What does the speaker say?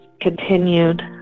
continued